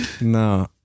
No